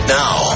now